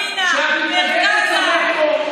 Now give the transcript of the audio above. אם תהיי שרת המשפטים.